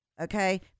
Okay